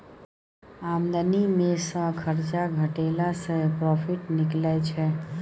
आमदनी मे सँ खरचा घटेला सँ प्रोफिट निकलै छै